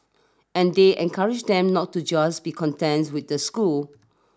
and they encourage them not to just be content with the school